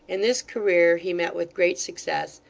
in this career he met with great success,